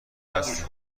هستیم